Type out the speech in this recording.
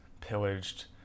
pillaged